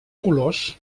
colors